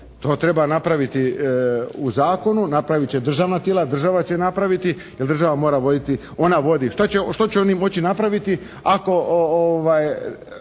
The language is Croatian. To treba napraviti u zakonu. Napravit će državna tijela, država će napraviti jer država mora voditi, ona vodi. Što će oni moći napraviti ako